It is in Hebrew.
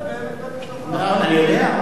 אני יודע.